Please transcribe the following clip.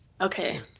Okay